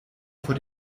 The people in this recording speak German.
vor